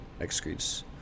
excretes